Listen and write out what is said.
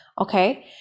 okay